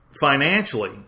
financially